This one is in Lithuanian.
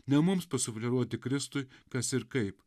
ne mums pasufleruoti kristui kas ir kaip